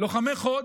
לוחמי חוד,